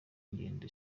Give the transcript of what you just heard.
ingendo